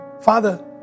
Father